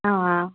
ஆமாம்